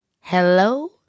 Hello